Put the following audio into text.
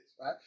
Right